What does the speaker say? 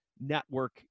network